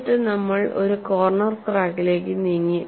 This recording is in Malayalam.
എന്നിട്ട് നമ്മൾ ഒരു കോർണർ ക്രാക്കിലേക്ക് നീങ്ങി